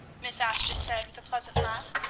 miss ashton said with a pleasant laugh,